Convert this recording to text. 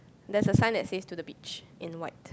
there's a sign that says to the beach in white